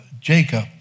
Jacob